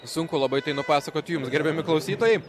sunku labai tai nupasakoti jums gerbiami klausytojai